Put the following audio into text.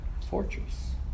fortress